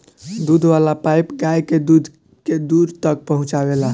दूध वाला पाइप गाय के दूध के दूर तक पहुचावेला